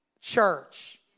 church